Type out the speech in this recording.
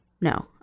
no